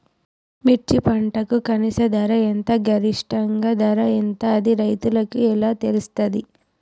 మిర్చి పంటకు కనీస ధర ఎంత గరిష్టంగా ధర ఎంత అది రైతులకు ఎలా తెలుస్తది?